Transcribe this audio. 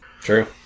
True